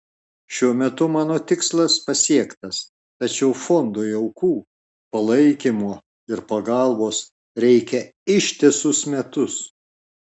šiuo metu mano tikslas pasiektas tačiau fondui aukų palaikymo ir pagalbos reikia ištisus metus